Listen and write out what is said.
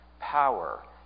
power